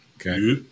Okay